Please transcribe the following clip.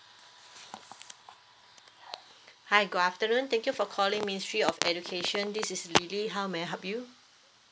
Hi good afternoon thank you for calling ministry of education this is lily how may I help you